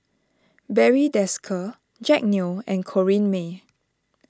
Barry Desker Jack Neo and Corrinne May